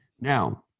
Now